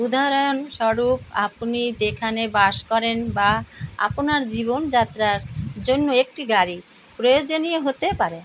উদাহরণস্বরূপ আপনি যেখানে বাস করেন বা আপনার জীবনযাত্রার জন্য একটি গাড়ি প্রয়োজনীয় হতে পারে